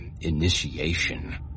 initiation